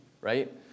right